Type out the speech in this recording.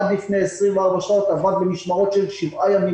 עד לפני 24 שעות עבד במשמרות של שבעה ימים